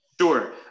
sure